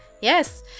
Yes